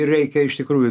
reikia iš tikrųjų